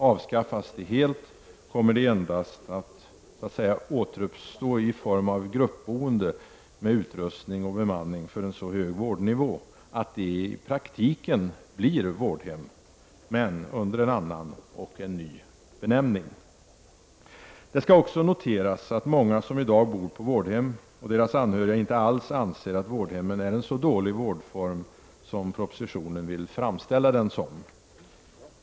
Avskaffas de helt, kommer de endast att ”återuppstå” i form av gruppboende med utrustning och bemanning för en så hög vårdnivå att de i praktiken blir vårdhem, men under en annan och ny benämning. Det skall också noteras att många som i dag bor på vårdhem och deras anhöriga inte alls anser att vårdhemmen är en så dålig vårdform som propositionen vill framställa den som.